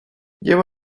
llevo